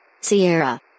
Sierra